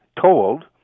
told